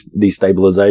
destabilization